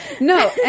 No